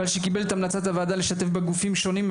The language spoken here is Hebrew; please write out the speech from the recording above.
ועל שקיבל את המלצת הוועדה להשתתף בגופים שונים.